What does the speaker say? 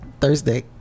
Thursday